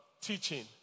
teaching